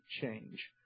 change